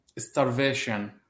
Starvation